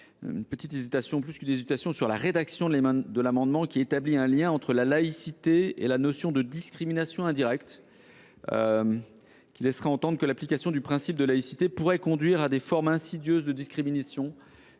je suis un peu réservé quant à la rédaction de l’amendement, qui vise à établir un lien entre la laïcité et la notion de discrimination indirecte, ce qui laisse entendre que l’application du principe de laïcité pourrait conduire à des formes insidieuses de discrimination.